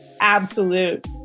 absolute